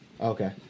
Okay